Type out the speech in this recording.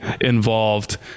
involved